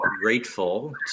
grateful